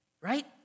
Right